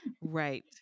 right